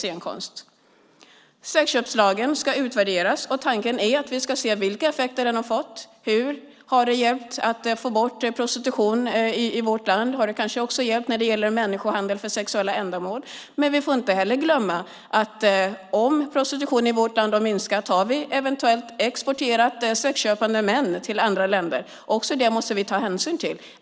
Sexköpslagen ska utvärderas. Tanken är att vi ska se vilka effekter den har fått, hur den har hjälpt att få bort prostitution i vårt land och om den kanske också har hjälpt när det gäller människohandel för sexuella ändamål. Vi får dock inte glömma att om prostitutionen har minskat i vårt land kan vi eventuellt ha exporterat sexköpande män till andra länder. Det måste vi också ta hänsyn till.